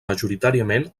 majoritàriament